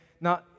Now